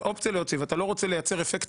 זה אופציה להוציא ואתה לא רוצה לייצר אפקט